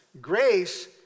Grace